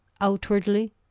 outwardly